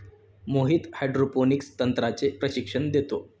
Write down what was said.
Mohit hydroponics तंत्राचे प्रशिक्षण देतो